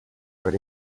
but